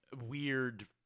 weird